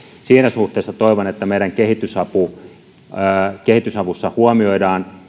siinä suhteessa toivon että meidän kehitysavussa huomioidaan